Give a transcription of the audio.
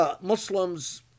Muslims